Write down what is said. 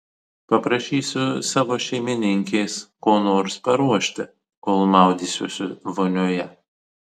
paprašysiu savo šeimininkės ko nors paruošti kol maudysiuosi vonioje